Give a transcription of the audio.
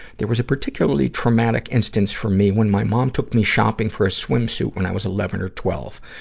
there was a particularly traumatic instance for me when my mom took me shopping for a swimsuit when i was eleven or twelve.